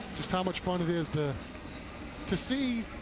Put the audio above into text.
just how much fun it is to to see